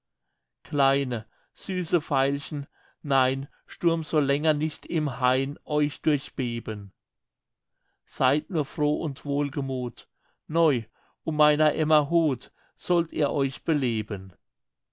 kleine süße veilchen nein sturm soll länger nicht im hain euch durchbeben seyd nur froh und wohlgemuth neu um meiner emma hut sollt ihr euch beleben